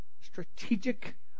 strategic